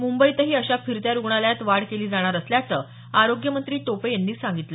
मुंबईतही अशा फिरत्या रुग्णालयात वाढ केली जाणार असल्याचं आरोग्यमंत्री टोपे यांनी सांगितलं